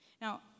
Now